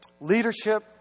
leadership